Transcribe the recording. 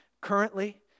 currently